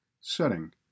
setting